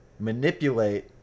manipulate